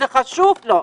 וזה חשוב לו,